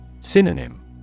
Synonym